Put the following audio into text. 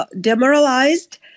demoralized